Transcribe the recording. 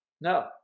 No